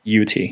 UT